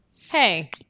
hey